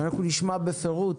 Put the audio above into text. אנחנו נשמע בפירוט